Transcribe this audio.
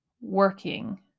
working